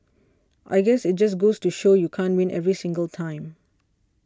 I guess it just goes to show you can't win every single time